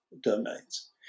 domains